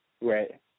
Right